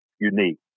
unique